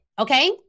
Okay